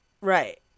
Right